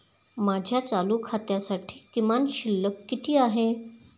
माझ्या चालू खात्यासाठी किमान शिल्लक किती आहे?